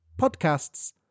Podcasts